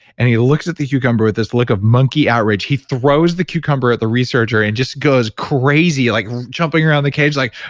and he looks at the cucumber with this look of monkey outrage, he throws the cucumber at the researcher and just goes crazy like jumping around the cage like,